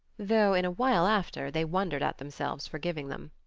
though in a while after they wondered at themselves for giving them.